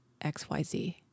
XYZ